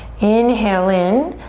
inhale in.